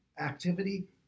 activity